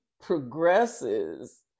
progresses